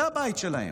זה הבית שלהם.